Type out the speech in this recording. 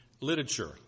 literature